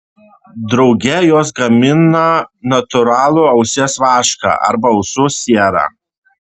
drauge jos gamina natūralų ausies vašką arba ausų sierą